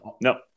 No